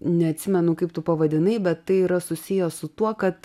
neatsimenu kaip tu pavadinai bet tai yra susiję su tuo kad